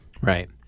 Right